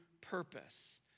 purpose